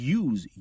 use